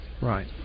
Right